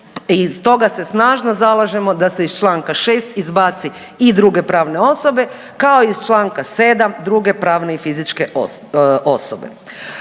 i stoga se snažno zalažemo da se iz čl. 6. izbaci i druge pravne osobe kao iz čl. 7. druge pravne i fizičke osobe.